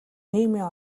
нийгмийн